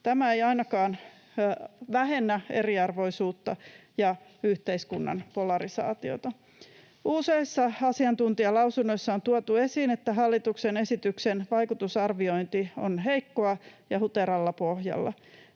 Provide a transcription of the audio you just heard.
Tämä ei ainakaan vähennä eriarvoisuutta ja yhteiskunnan polarisaatiota. Useissa asiantuntijalausunnoissa on tuotu esiin, että hallituksen esityksen vaikutusarviointi on heikkoa ja huteralla pohjalla.